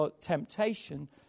temptation